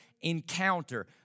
encounter